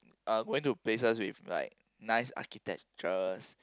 uh went to places with like nice architectures